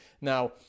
Now